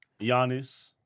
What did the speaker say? Giannis